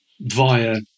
Via